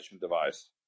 device